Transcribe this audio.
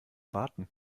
warten